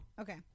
Okay